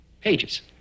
Pages